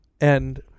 and-